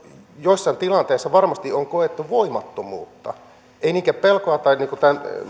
joissain tilanteissa varmasti on koettu voimattomuutta ei niinkään pelkoa tai